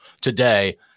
today